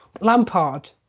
Lampard